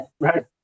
Right